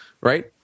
right